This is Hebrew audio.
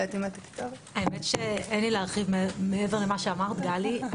אין לי להרחיב מעבר למה שאמרת, גלי.